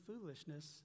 foolishness